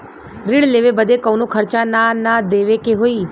ऋण लेवे बदे कउनो खर्चा ना न देवे के होई?